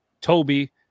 Toby